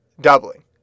doubling